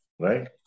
right